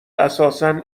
اساسا